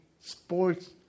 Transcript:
sports